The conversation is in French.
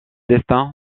destin